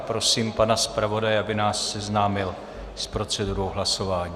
Prosím pana zpravodaje, aby nás seznámil s procedurou hlasování.